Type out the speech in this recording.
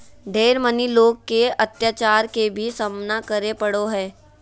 ढेर मनी लोग के अत्याचार के भी सामना करे पड़ो हय